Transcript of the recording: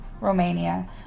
Romania